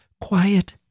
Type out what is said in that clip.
quiet